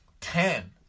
Ten